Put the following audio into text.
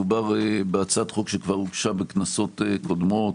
מדובר בהצעת חוק שכבר הוגשה בכנסות קודמות,